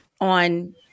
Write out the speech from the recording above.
on